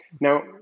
Now